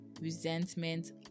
resentment